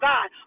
God